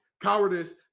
Cowardice